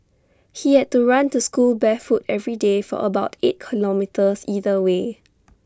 he had to run to school barefoot every day for about eight kilometres either way